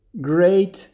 great